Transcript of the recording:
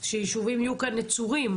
שישובים יהיו כאן נצורים,